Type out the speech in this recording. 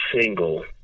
single